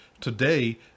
Today